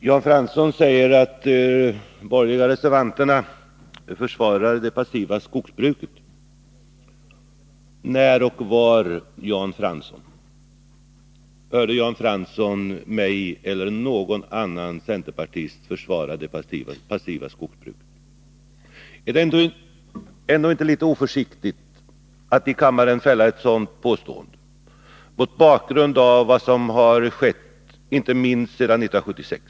Herr talman! Jan Fransson säger att de borgerliga reservanterna försvarar det passiva skogsbruket. När och var, Jan Fransson, hördes jag eller någon annan centerpartist försvara det passiva skogsbruket? Är det ändå inte litet oförsiktigt att i kammaren göra ett sådant påstående mot bakgrund av vad som skett, inte minst sedan 1976?